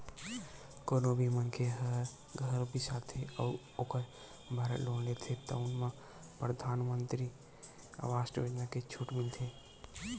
कोनो भी मनखे ह घर बिसाथे अउ ओखर बर लोन लेथे तउन म परधानमंतरी आवास योजना के छूट मिलथे